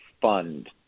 fund